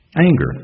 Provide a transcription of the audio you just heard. Anger